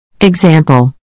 Example